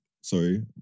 sorry